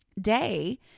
day